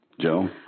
Joe